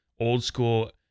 old-school